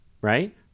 right